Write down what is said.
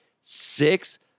six